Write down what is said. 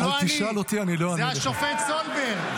זה לא אני, זה השופט סולברג.